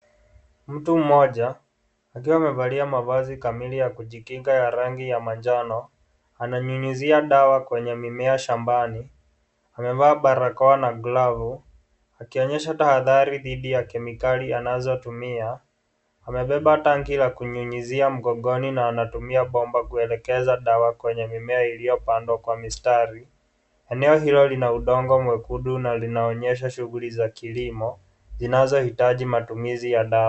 Mtu mmoja, akiwa amevalia mavazi kamili ya kujikinga ya rangi ya manjano, ananyunyuzia dawa kwenye mimea shambani. Amevaa balakoa na glove ,akionyesha tahadhari dhidi ya kemikali anazotumia. Amebeba tangi la kunyunyuzia mgongoni na anatumia bomba kuelekaza dawa kwenye mimea iliyopandwa kwa mistari. Eneo hilo lina udongo mwekundu na linaonyesha shughuli za kilimo, zinazo hitaji matumizi ya dawa.